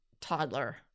toddler